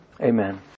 Amen